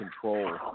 control